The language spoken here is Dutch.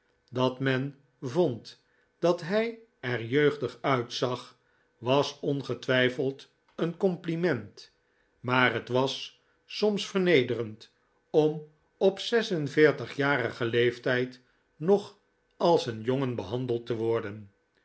dat men vond dat hij er jeugdig uitzag was ongetwijfeld een compliment maar het was soms vernederend om op zes en veertig jarigen leeftijd nog als een jongen behandeld te worden